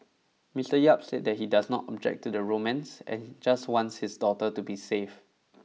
Mister Yap said that he does not object to the romance and just wants his daughter to be safe